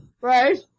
Right